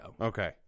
Okay